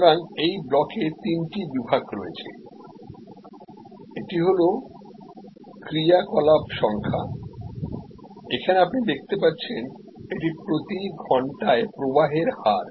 সুতরাং এই ব্লকে তিনটি বিভাগ রয়েছে এটি হল ক্রিয়াকলাপ সংখ্যা এখানে আপনি দেখতে পাচ্ছেন এটি প্রতি ঘন্টায় প্রবাহের হার